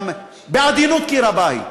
בעדינות רבה,